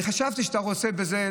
חשבתי שאתה רוצה בזה,